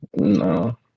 No